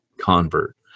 convert